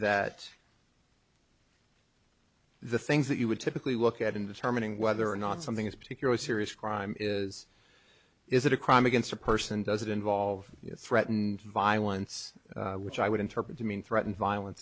that the things that you would typically look at in determining whether or not something is particularly serious crime is is it a crime against a person does it involve threatened violence which i would interpret to mean threaten violence